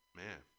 man